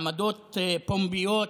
עמדות פומביות,